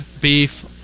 beef